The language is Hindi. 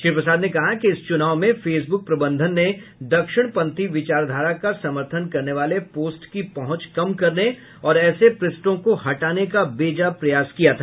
श्री प्रसाद ने कहा कि इस चुनाव में फेसबुक प्रबंधन ने दक्षिणपंथी विचारधारा का समर्थन करने वाले पोस्ट की पहुंच कम करने और ऐसे पृष्ठों को हटाने का बेजा प्रयास किया था